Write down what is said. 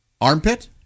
Armpit